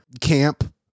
camp